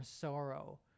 sorrow